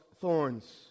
thorns